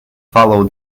follow